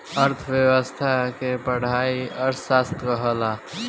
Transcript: अर्थ्व्यवस्था के पढ़ाई अर्थशास्त्र कहाला